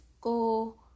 go